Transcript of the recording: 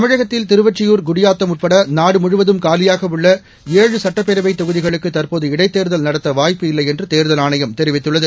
தமிழகத்தில் திருவொற்றியூர் குடியாத்தம் உட்பட நாடு முழுவதும் காலியாக ஏழு சுட்டப்பேரவைத் தொகுதிகளுக்கு தற்போது இடைத்தேர்தல் நடத்த வாய்ப்பு இல்லை என்று தேர்தல் ஆணையம் தெரிவித்துள்ளது